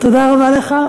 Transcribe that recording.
תודה רבה לך.